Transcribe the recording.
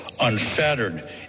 unfettered